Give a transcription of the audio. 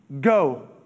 go